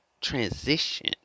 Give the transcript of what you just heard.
transition